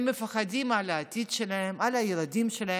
הם מפחדים על העתיד שלהם, על הילדים שלהם,